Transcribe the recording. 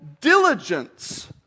diligence